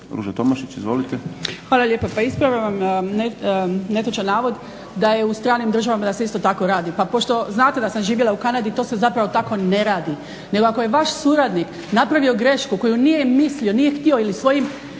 Ruža Tomašić. Izvolite.